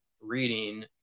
reading